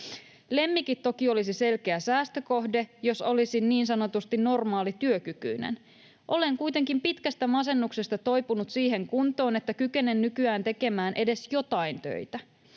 Lemmikit toki olisi selkeä säästökohde, jos olisin niin sanotusti normaali työkykyinen. Olen kuitenkin pitkästä masennuksesta toipunut siihen kuntoon, että kykenen nykyään tekemään edes jotain töitä.